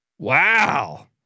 Wow